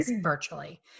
virtually